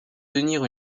tenir